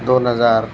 दोन हजार